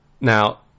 Now